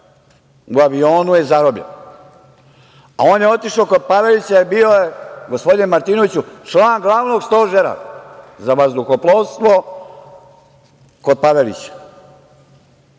u avionu je zarobljen a on je otišao kod Pavelića i bio je, gospodine Martinoviću, član glavnog stožera za vazduhoplovstvo, kod Pavelića. Ova